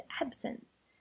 absence